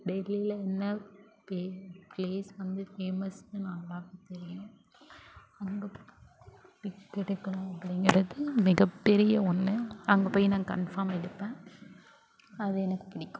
டெல்லியில் என்ன play place வந்து ஃபேமஸ்னு எல்லாேருக்கும் தெரியும் அங்கே பிக் எடுக்கணும் அப்படிங்கிறது மிகப்பெரிய ஒன்று அங்கே போய் நான் கன்ஃபார்ம் எடுப்பேன் அது எனக்கு பிடிக்கும்